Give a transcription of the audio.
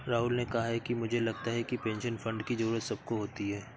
राहुल ने कहा कि मुझे लगता है कि पेंशन फण्ड की जरूरत सबको होती है